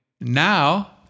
now